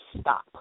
stop